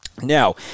now